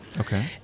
Okay